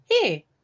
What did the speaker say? hey